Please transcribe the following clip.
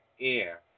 air